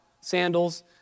sandals